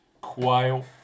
quail